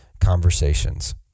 conversations